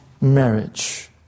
marriage